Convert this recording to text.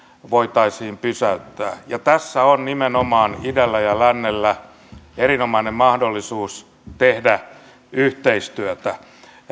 voitaisiin pysäyttää tässä on nimenomaan idällä ja lännellä erinomainen mahdollisuus tehdä yhteistyötä